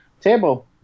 table